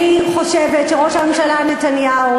אני חושבת שראש הממשלה נתניהו,